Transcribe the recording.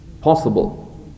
possible